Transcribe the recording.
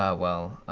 ah well,